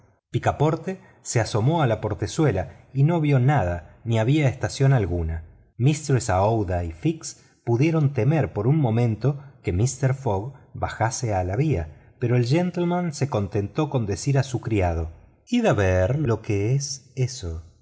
picaporte se asomó a la portezuela y no vio nada ni había estación alguna mistress aouida y fix pudieron temer por un momento que mister fogg bajase a la vía pero el gentleman se contentó con decir a su criado id a ver lo que es eso